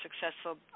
successful